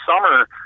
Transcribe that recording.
summer